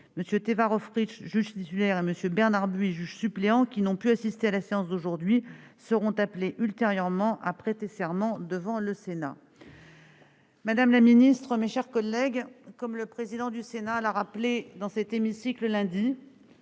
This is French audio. M. Teva Rohfritsch, juge titulaire, et M. Bernard Buis, juge suppléant, qui n'ont pu assister à la séance d'aujourd'hui, seront appelés ultérieurement à prêter serment devant le Sénat. Mme la secrétaire d'État, mes chers collègues, comme le président du Sénat l'a rappelé dans cet hémicycle lundi,